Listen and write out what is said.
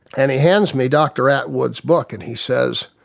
and he hands me dr attwood's book and he says,